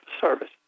service